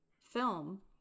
film